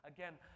Again